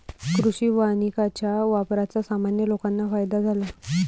कृषी वानिकाच्या वापराचा सामान्य लोकांना फायदा झाला